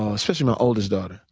ah especially my oldest daughter.